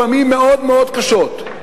לפעמים מאוד מאוד קשות,